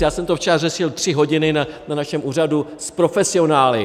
Já jsem to včera řešil tři hodiny na našem úřadu s profesionály.